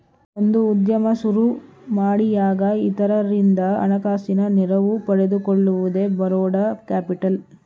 ಒಂದು ಉದ್ಯಮ ಸುರುಮಾಡಿಯಾಗ ಇತರರಿಂದ ಹಣಕಾಸಿನ ನೆರವು ಪಡೆದುಕೊಳ್ಳುವುದೇ ಬರೋಡ ಕ್ಯಾಪಿಟಲ್